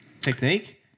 technique